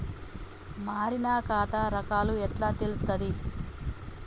మారిన ఖాతా రకాలు ఎట్లా తెలుత్తది?